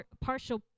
partial